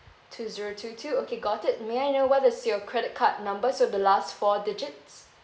two zero two two okay got it may I know what is your credit card numbers of the last four digits